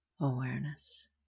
awareness